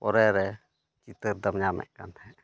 ᱯᱚᱨᱮ ᱨᱮ ᱪᱤᱛᱟᱹᱨ ᱫᱚ ᱧᱟᱢᱮᱜ ᱠᱟᱱ ᱛᱟᱦᱮᱸᱫᱟ